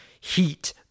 heat